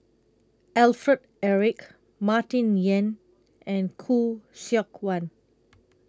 Alfred Eric Martin Yan and Khoo Seok Wan